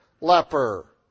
leper